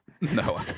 No